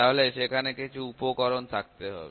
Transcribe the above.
তাহলে সেখানে কিছু উপকরণ থাকতে হবে